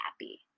happy